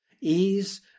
Ease